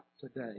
today